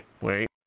wait